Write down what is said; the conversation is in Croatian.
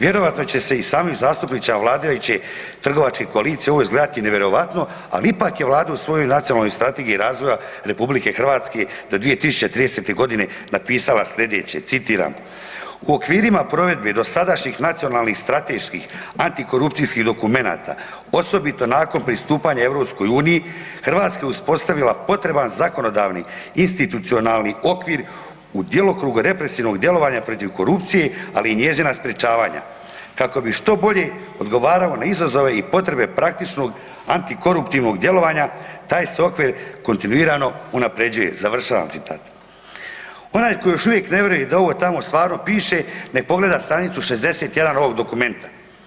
Vjerojatno će se i samim zastupnicima vladajuće trgovačke koalicije ovo izgledati nevjerojatno ali ipak je Vlada u svojoj Nacionalnoj strategiji razvoja RH do 2030.g. napisala sljedeće citiram: „U okvirima provedbe dosadašnjih nacionalnih strateških antikorupcijskih dokumenata osobito nakon pristupanja EU Hrvatska je uspostavila potreban zakonodavni institucionalni okvir u djelokrugu represivnog djelovanja protiv korupcije ali i njezina sprečavanja kako bi što bolje odgovarala na izazove i potrebe praktičnog antikoruptivnog djelovanja taj se okvir kontinuirano unapređuje.“ Onaj tko još uvijek ne vjeruje da ovo tamo stvarno piše nek pogleda stranicu 61 ovog dokumenta.